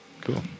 cool